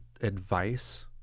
advice